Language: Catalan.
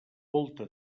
volta